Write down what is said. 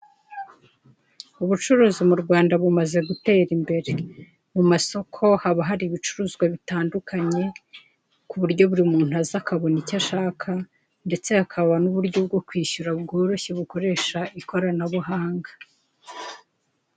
Ubucuruzi mu Rwanda bumaze gutera imbere. Mu masoko haba hari ibicuruzwa bitandukanye; ku buryo buri muntu aza akabona icyo ashaka, ndetse hakaba n'uburyo bwo kwishyura bworoshye, bukoresha ikoranabuhanga.